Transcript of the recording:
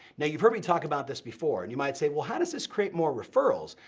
now, you've heard me talk about this before, you might say, well, how does this create more referrals.